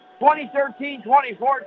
2013-2014